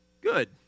Good